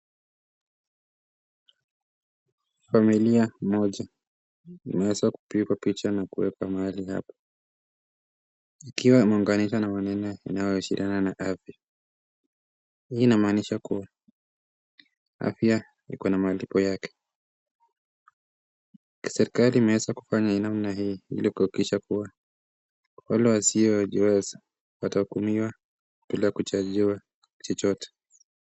Familia moja imewezwa kupigwa picha na kuwekwa mahali hapa ikiwa imeunganishwa na maneno inayo husiana na afya. Hii inamaanisha kuwa afya inamalipo yake. Serikali imeweza kufanya namna hii ili kuhakikisha wale wasio jiweza watahudumiwa bila kuchajiwa chochote.